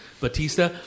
Batista